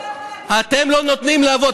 אתם לא נותנים לאבות.